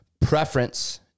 Preference